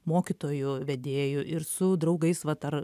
mokytoju vedėju ir su draugais vat ar